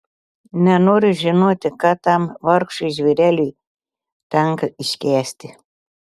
nenoriu žinoti ką tam vargšui žvėreliui tenka iškęsti